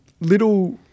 little